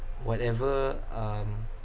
whatever um